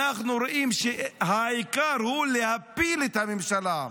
אנחנו רואים שהעיקר הוא להפיל את הממשלה.